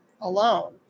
alone